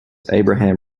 abraham